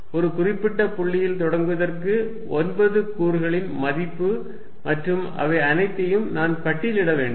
ஒரு குறிப்பிட்ட புள்ளியில் தொடங்குவதற்கு 9 கூறுகளின் மதிப்பு மற்றும் அவை அனைத்தையும் நான் பட்டியலிட வேண்டும்